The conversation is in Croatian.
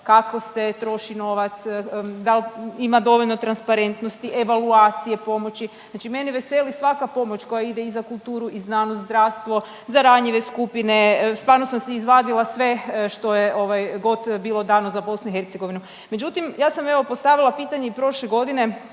kako se troši novac, dal' ima dovoljno transparentnosti, evaluacije, pomoći. Znači mene veseli svaka pomoć koja ide i za kulturu i znanost, zdravstvo, za ranjive skupine. Stvarno sam si izvadila sve što je god bilo dano za BiH. Međutim, ja sam evo postavila pitanje i prošle godine